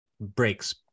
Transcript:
breaks